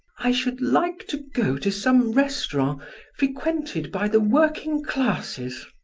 i should like to go to some restaurant frequented by the working-classes.